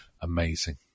Amazing